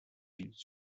říct